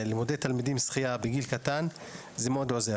ללמד ילדים שחייה בגיל צעיר עוזר מאוד.